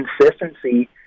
consistency